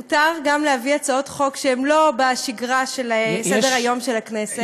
מותר להביא גם הצעות חוק שהן לא בשגרה של סדר-היום של הכנסת.